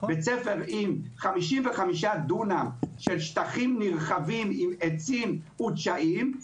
בית ספר עם 55 דונם של שטחים נרחבים עם עצים ודשאים,